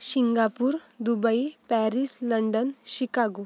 Singapore Dubai Paris London Chicago